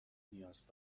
نیاز